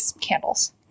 candles